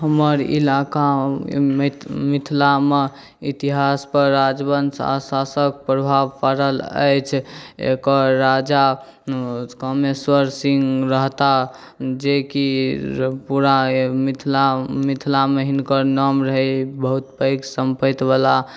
हमर इलाका मिथिलामे इतिहासपर राजवंश आओर शासकके प्रभाव पड़ल अछि एकर राजा कामेश्वर सिंह रहता जेकि पूरा मिथिला मिथिलामे हिनकर नाम रहै बहुत पैघ सम्पतिवला